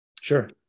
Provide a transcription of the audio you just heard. Sure